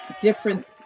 different